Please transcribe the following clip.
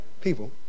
people